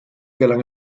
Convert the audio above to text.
gelang